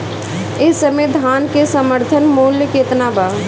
एह समय धान क समर्थन मूल्य केतना बा?